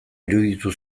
iruditu